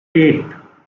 eight